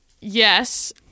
yes